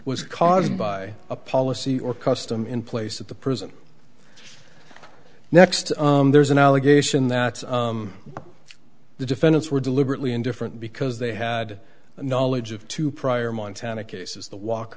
was caused by a policy or custom in place at the prison next there's an allegation that the defendants were deliberately indifferent because they had the knowledge of two prior montana cases the walk